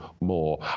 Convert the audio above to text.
more